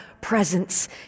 presence